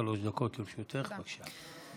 עד שלוש דקות לרשותך, בבקשה.